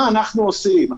מה אנחנו עושים?